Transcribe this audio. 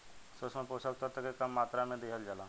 सूक्ष्म पोषक तत्व के कम मात्रा में दिहल जाला